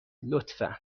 لطفا